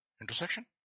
Intersection